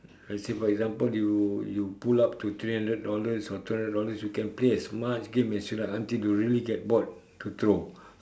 let say for example you you pull up to three hundred dollars or three hundred dollars you can play as much game as you like until you really get bored to throw